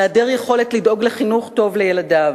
מהיעדר יכולת לדאוג לחינוך טוב לילדיו.